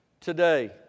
today